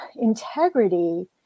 integrity